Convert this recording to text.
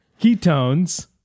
ketones